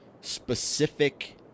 specific